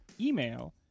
Email